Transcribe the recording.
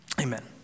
Amen